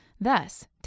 Thus